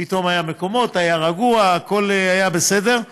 פתאום היו מקומות, היה רגוע, הכול היה בסדר.